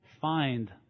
find